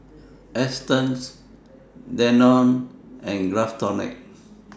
Astons Danone and Craftholic